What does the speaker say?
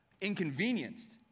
inconvenienced